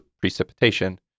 precipitation